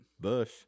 Bush